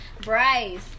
Bryce